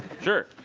sure.